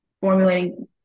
formulating